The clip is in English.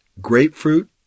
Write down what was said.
grapefruit